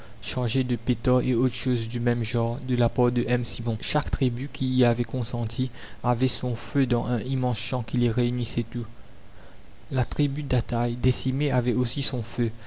chargée de pétards et autres choses du même genre de la part de m simon chaque tribu qui y avait consenti avait son feu dans un immense champ qui les réunissait tous la tribu d'ataï décimée avait aussi son feu